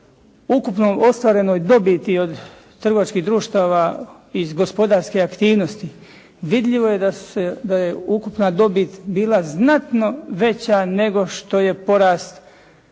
ukupnoj ostvarenoj dobiti od trgovačkih društava iz gospodarske aktivnosti, vidljivo je da je ukupna dobit bila znatno veća nego što je porast